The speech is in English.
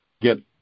get